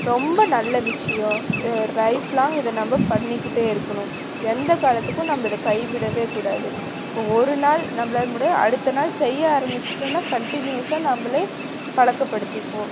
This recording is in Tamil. ரொம்ப நல்ல விஷியம் ஒரு லைஃப் லாங்க் இது நம்ம பண்ணிக்கிட்டே இருக்கணும் எந்த காலத்துக்கும் நம்ம இதை கைவிடவே கூடாது இப்போ ஒரு நாள் நம்மளால முடியாது அடுத்த நாள் செய்ய ஆரம்மிச்சிட்டோன்னா கன்டினியூஸாக நம்மளே பழக்கப்படுத்திக்குவோம்